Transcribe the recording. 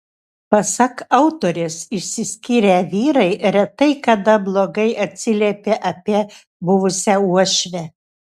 pasak autorės išsiskyrę vyrai retai kada blogai atsiliepia apie buvusią uošvę